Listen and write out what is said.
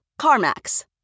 CarMax